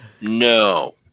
No